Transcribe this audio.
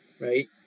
right